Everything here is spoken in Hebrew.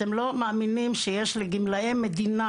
אתם לא מאמינים שיש לגמלאי מדינה,